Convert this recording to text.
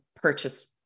purchase